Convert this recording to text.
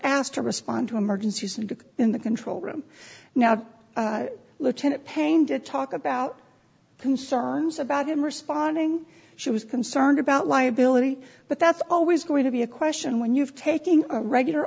asked to respond to emergencies and in the control room now lieutenant payne to talk about concerns about him responding she was concerned about liability but that's always going to be a question when you've taking a regular